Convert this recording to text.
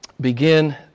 Begin